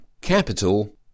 capital